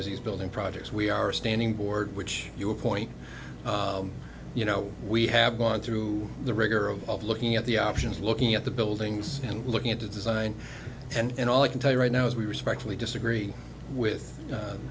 as he's building projects we are standing board which you appoint you know we have gone through the regular of of looking at the options looking at the buildings and looking at the design and all i can tell you right now is we respectfully disagree with